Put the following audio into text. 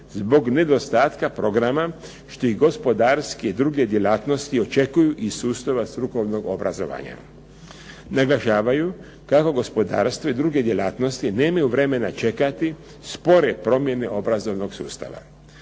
zbog nedostatka programa što ih gospodarske i druge djelatnosti očekuju iz sustava strukovnog obrazovanja. Naglašavaju kako gospodarstvo i druge djelatnosti nemaju vremena čekati spore promjene obrazovnog sustava.